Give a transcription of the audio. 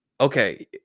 okay